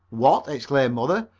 what! exclaimed mother,